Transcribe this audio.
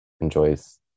enjoys